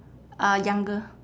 uh younger